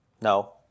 No